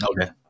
Okay